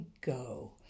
go